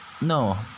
No